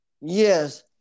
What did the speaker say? Yes